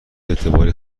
اعتباری